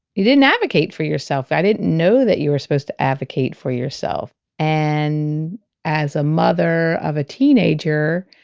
you didn't advocate for yourself. i didn't know that you were supposed to advocate for yourself and as a mother of a teenager,